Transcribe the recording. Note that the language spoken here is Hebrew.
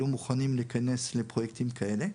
לא מוכנים להיכנס לפרויקטים כאלה.